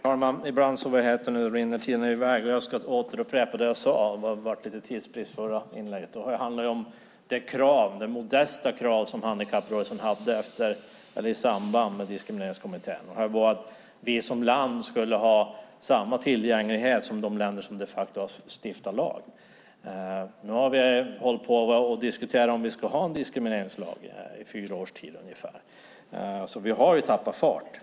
Herr talman! Ibland rinner tiden i väg. Jag ska upprepa det jag sade; det blev lite tidsbrist i mitt förra inlägg. Det handlade om det modesta krav som handikapprörelsen hade i samband med Diskrimineringskommittén, nämligen att vi som land ska ha samma tillgänglighet som de länder som de facto har stiftat lag. Nu har vi i ungefär fyra år diskuterat om vi ska ha en diskrimineringslag, så vi har tappat fart.